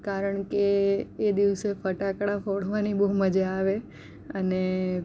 કારણકે એ દિવસે ફટાકડા ફોડવાની બહુ મજા આવે અને